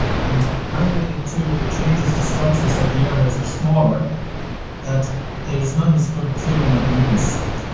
and mouth breathing, too, if it changes the structures that the airways are smaller that there's not as good clearing of mucus.